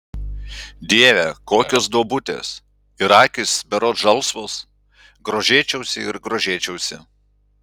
dieve kokios duobutės ir akys berods žalsvos grožėčiausi ir grožėčiausi